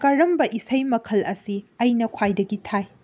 ꯀꯔꯝꯕ ꯏꯁꯩ ꯃꯈꯜ ꯑꯁꯤ ꯑꯩꯅ ꯈ꯭ꯋꯥꯏꯗꯒꯤ ꯊꯥꯏ